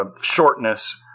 shortness